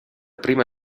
prima